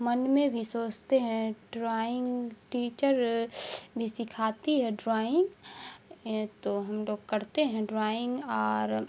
من میں بھی سوچتے ہیں ڈرائنگ ٹیچر بھی سکھاتی ہے ڈرائنگ ہم لوگ کرتے ہیں ڈرائنگ اور